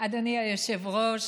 אדוני היושב-ראש,